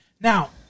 Now